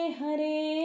Hare